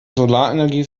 solarenergie